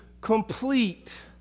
complete